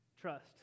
Trust